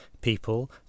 people